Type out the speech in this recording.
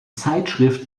zeitschrift